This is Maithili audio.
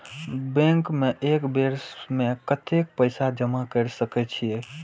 बैंक में एक बेर में कतेक पैसा जमा कर सके छीये?